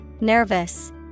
Nervous